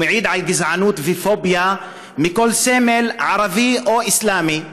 ומעיד על גזענות ופוביה מכל סמל ערבי או אסלאמי.